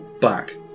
back